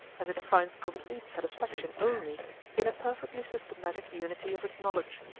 as it finds complete satisfaction only in a perfectly systematic unity of its knowledge.